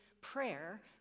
prayer